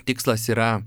tikslas yra